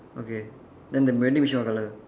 okay then the vending machine what color